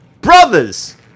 brothers